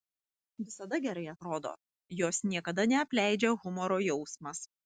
visada gerai atrodo jos niekada neapleidžia humoro jausmas